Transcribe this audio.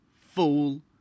fool